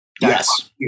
Yes